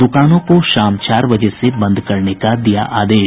दुकानों को शाम चार बजे से बंद करने का दिया आदेश